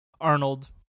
Arnold